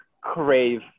crave